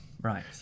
right